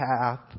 path